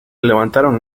levantaron